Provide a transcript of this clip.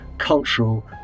cultural